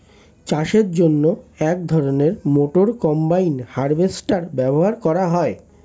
চাষের জন্য এক ধরনের মোটর কম্বাইন হারভেস্টার ব্যবহার করা হয়